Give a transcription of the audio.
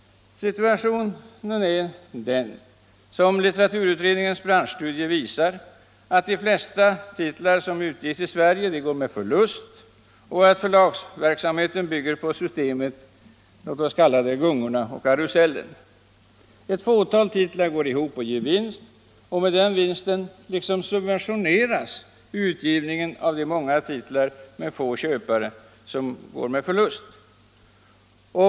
Situationen är den, som litteraturutredningens branschstudie visar, att de flesta titlar som utges i Sverige går med förlust och att förlagsverksamheten bygger på systemet ”gungorna och karusellen”. Ett fåtal titlar går ihop eller ger vinst och med den vinsten liksom subventioneras utgivningen av de många titlar med få köpare som går med förlust.